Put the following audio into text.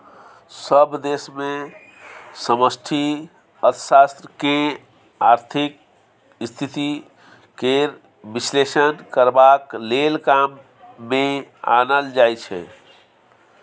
सभ देश मे समष्टि अर्थशास्त्र केँ आर्थिक स्थिति केर बिश्लेषण करबाक लेल काम मे आनल जाइ छै